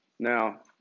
Now